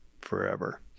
forever